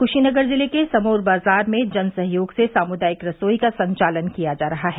कुशीनगर जिले के समउर बाजार में जन सहयोग से सामुदायिक रसोई का संचालन किया जा रहा है